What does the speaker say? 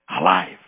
alive